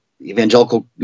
evangelical